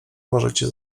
możecie